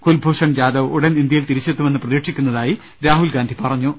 കുൽഭൂഷൺ ജാദവ് ഉടൻ ഇന്ത്യയിൽ തിരിച്ചെത്തുമെന്ന് പ്രതീക്ഷിക്കുന്നതായി രാഹുൽഗാന്ധി പറഞ്ഞു